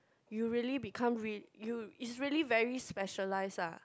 you really become re~ you is really very specialist ah